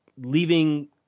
leaving